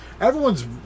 everyone's